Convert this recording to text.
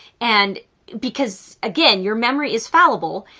and because, again your memory is fallible,